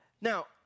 Now